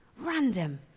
Random